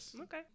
Okay